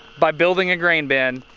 by building a grain bin,